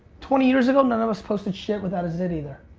twenty years ago none of us posted shit without a zit either.